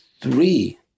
three